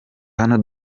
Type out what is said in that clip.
hano